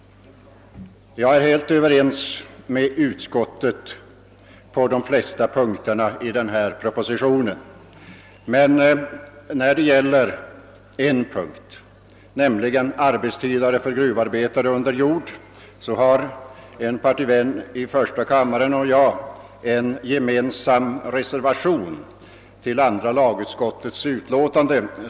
Jag är helt överens med utskottet beträffande de flesta punkterna i propositionen. Men när det gäller en punkt, arbetstiden för gruvarbetare under jord, har en partivän i första kammaren och jag fogat en gemensam reservation till andra lagutskottets utlåtande.